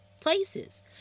places